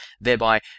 thereby